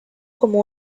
como